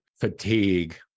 Fatigue